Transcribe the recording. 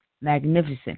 magnificent